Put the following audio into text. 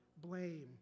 blame